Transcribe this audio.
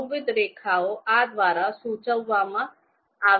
બહુવિધ રેખાઓ આ દ્વારા સૂચવવામાં આવે છે